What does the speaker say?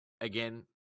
again